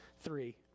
three